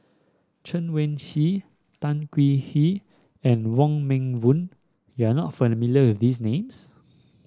Chen Wen Hsi Tan Hwee Hwee and Wong Meng Voon you are not familiar with these names